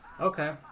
Okay